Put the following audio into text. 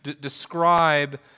describe